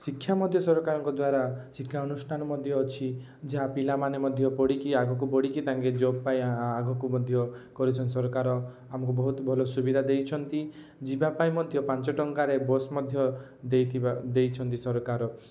ଶିକ୍ଷା ମଧ୍ୟ ସରକାରଙ୍କ ଦ୍ୱାରା ଶିକ୍ଷା ଅନୁଷ୍ଠାନ ମଧ୍ୟ ଅଛି ଯାହା ପିଲାମାନେ ମଧ୍ୟ ପଢ଼ିକି ଆଗକୁ ବଢ଼ିକି ତାଙ୍କେ ଜବ୍ ପାଇଁ ଆଗକୁ ମଧ୍ୟ କରିଛନ୍ତି ସରକାର ଆମକୁ ବହୁତ ଭଲ ସୁବିଧା ଦେଇଛନ୍ତି ଯିବା ପାଇଁ ମଧ୍ୟ ପାଞ୍ଚ ଟଙ୍କାରେ ବସ୍ ମଧ୍ୟ ଦେଇଥିବ ଦେଇଛନ୍ତି ସରକାର